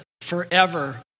forever